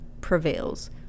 prevails